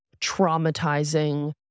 traumatizing